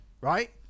right